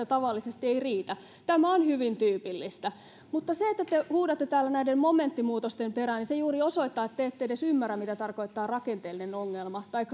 tavallisesti ei riitä tämä on hyvin tyypillistä mutta se että te huudatte täällä näiden momenttimuutosten perään juuri osoittaa että te ette edes ymmärrä mitä tarkoittaa rakenteellinen ongelma tai